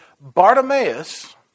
Bartimaeus